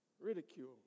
Ridicule